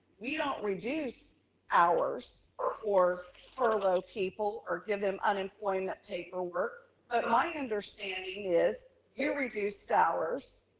we don't reduce hours or or furlough people or give them unemployment paperwork. but my understanding is you reduced hours,